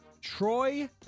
Troy